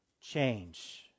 change